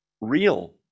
real